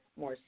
more